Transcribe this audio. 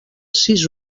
sis